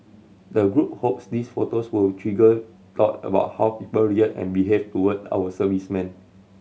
the group hopes these photos will trigger thought about how people react and behave toward our servicemen